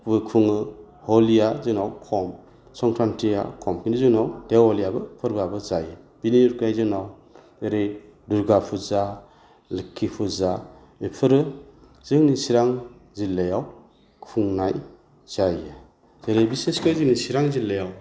बो खुङो हलिआ जोंनाव खम संख्रान्तिआ खम खिन्थु जोंनाव देवालियाबो फोर्बोआबो जायो बिनि अनगायै जोंनाव जेरै दुर्गा पुजा लोखि पुजा बेफोरो जोंनि चिरां जिल्लायाव खुंनाय जायो जेरै बिसेसके जोंनि चिरां जिल्लायाव